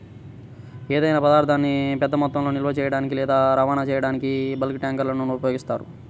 ఏదైనా పదార్థాన్ని పెద్ద మొత్తంలో నిల్వ చేయడానికి లేదా రవాణా చేయడానికి బల్క్ ట్యాంక్లను ఉపయోగిస్తారు